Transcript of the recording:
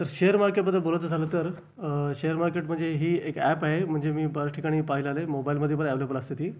तर शेअर मार्केटबद्दल बोलायचं झालं तर शेअर मार्केट म्हणजे ही एक ॲप आहे म्हणजे मी बऱ्याच ठिकाणी पाहिलेलं आहे मोबाइलमध्ये पण अवलेबल असते ती